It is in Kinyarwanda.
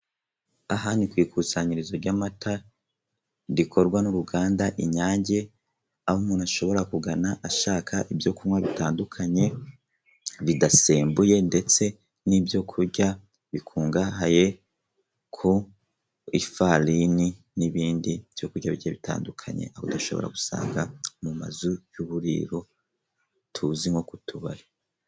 Aha ni ku ikusanyirizo ry'amata rikorwa n'uruganda inyange, aho umuntu ashobora kugana ashaka ibyo kunywa bitandukanye bidasembuye ndetse n'ibyo kurya ,bikungahaye ku ifarini n'ibindi byo kurya bigiye bitandukanye. Aho udashobora gusanga mu mazu y'uburiro tuzi nko k'utubari.